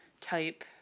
type